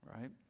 Right